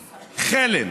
חלם.